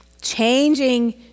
changing